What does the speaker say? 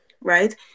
right